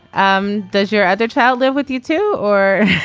um does your other child live with you too. or.